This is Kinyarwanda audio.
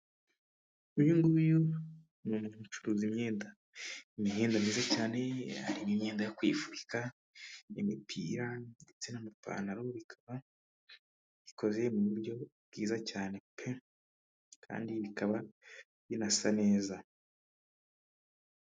Ubu uyu nguyu ni umuntu ucuruza imyenda. Imyenda myiza cyane ,harimo imyenda yo kwifubika n'imipira ndetse n'amapantaro bikaba bikoze mu buryo bwiza cyane pe ! kandi bikaba binasa neza.